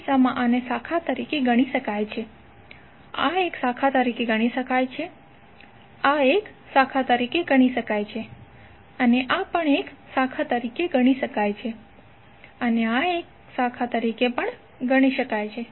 તો આ કિસ્સામાં આને શાખા તરીકે ગણી શકાય છે આ એક શાખા તરીકે ગણી શકાય આ એક શાખા તરીકે ગણી શકાય આ પણ એક શાખા તરીકે ગણી શકાય અને આ એક શાખા તરીકે પણ ગણી શકાય છે